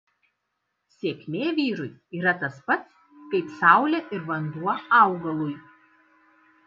sėkmė vyrui yra tas pats kaip saulė ir vanduo augalui